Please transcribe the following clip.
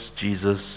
Jesus